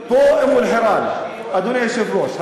אדוני היושב-ראש,